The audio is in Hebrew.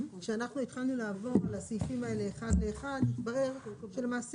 שאנחנו התחלנו לעבור על הסעיפים האלה אחד לאחד התברר שלמעשה